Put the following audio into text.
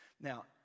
Now